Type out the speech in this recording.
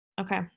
Okay